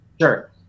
sure